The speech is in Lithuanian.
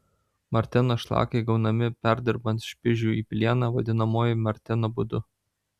marteno šlakai gaunami perdirbant špižių į plieną vadinamuoju marteno būdu